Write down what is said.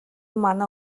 манай